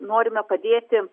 norime padėti